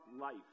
life